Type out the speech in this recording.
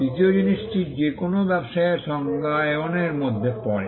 তৃতীয় জিনিসটি যে কোনও ব্যবসায়ের সংজ্ঞায়নের মধ্যে পড়ে